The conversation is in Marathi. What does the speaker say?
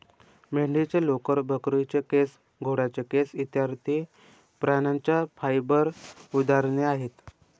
मेंढीचे लोकर, बकरीचे केस, घोड्याचे केस इत्यादि प्राण्यांच्या फाइबर उदाहरणे आहेत